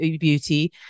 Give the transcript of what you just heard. beauty